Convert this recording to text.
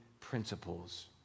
principles